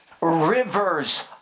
rivers